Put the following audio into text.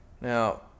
Now